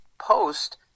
post